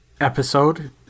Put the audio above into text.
Episode